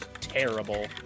terrible